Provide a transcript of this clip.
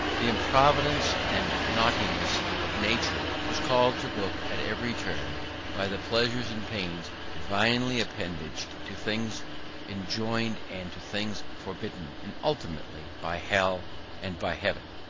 the improvidence and naughtiness of nature was called to book at every turn by the pleasures and pains divinely appended to things enjoined and to things forbidden, and ultimately by hell and by heaven.